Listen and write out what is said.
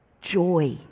joy